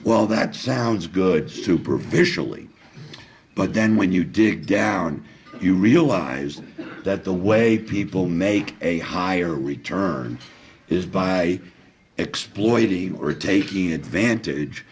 well that sounds good to provisionally but then when you dig down you realize that the way people make a higher return is by exploiting or taking advantage